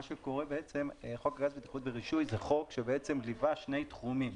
מה שקורה זה שחוק הגז (בטיחות ורישוי) הוא חוק שליווה שני תחומים,